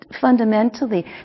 fundamentally